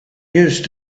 used